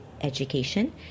education